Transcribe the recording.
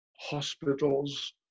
hospitals